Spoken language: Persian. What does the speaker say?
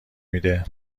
میده